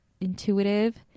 intuitive